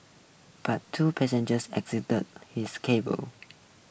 but two passengers his